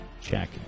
check